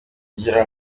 kugira